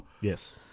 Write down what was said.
yes